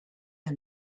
der